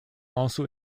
also